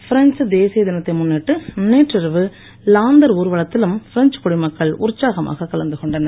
French தேசிய தினத்தை முன்னிட்டு நேற்றிரவு லாந்தர் ஊர்வலத்திலும் பிரெஞ்ச் குடிமக்கள் உற்சாகமாக கலந்து கொண்டனர்